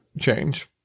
change